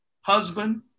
husband